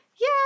Yay